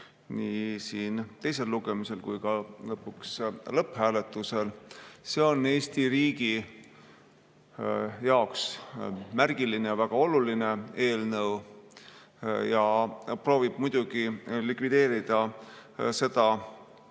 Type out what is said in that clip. nii teisel lugemisel kui ka lõpuks lõpphääletusel. See on Eesti riigi jaoks märgiline, väga oluline eelnõu. See proovib muidugi [ära teha] seda